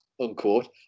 unquote